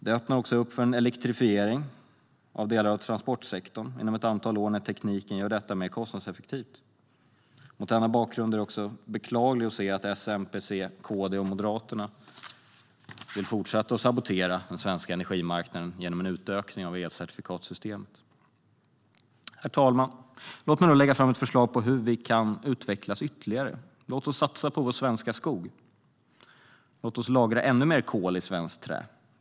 Det öppnar också upp för en elektrifiering av delar av transportsektorn inom ett antal år när tekniken gör detta mer kostnadseffektivt. Mot denna bakgrund är det beklagligt att se att S, MP, C, KD och M vill fortsätta sabotera den svenska energimarknaden genom en utökning av elcertifikatssystemet. Herr talman! Låt mig lägga fram ett förslag på hur detta kan utvecklas ytterligare. Låt oss satsa på vår svenska skog! Låt oss lagra ännu mer kol i svenskt trä!